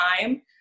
time